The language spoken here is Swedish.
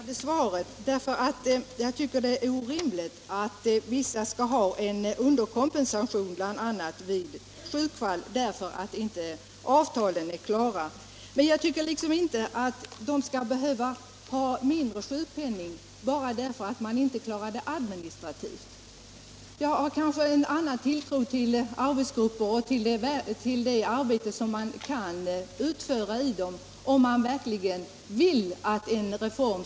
Herr talman! Jag tackar för det kompletterande svaret. Det är orimligt att vissa personer får en underkompensation vid bl.a. sjukdomsfall bara därför att avtalen inte är klara, och jag tycker heller inte att dessa personer skall få lägre sjukpenning bara därför att man inte klarar av det administrativa — utbetalningen av sjukpenning. Jag har kanske en annan tilltro än vad socialministern har till arbetsgrupper och till det arbete som man kan utföra i dem om viljan verkligen finns att förbereda en reform.